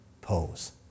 pose